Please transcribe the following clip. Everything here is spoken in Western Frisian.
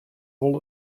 wol